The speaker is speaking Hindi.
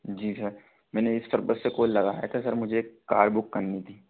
जी सर मैंने इस पर्पज़ से कॉल लगाया था सर मुझे कार बुक करनी थी